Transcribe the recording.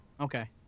Okay